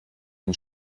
den